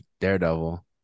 Daredevil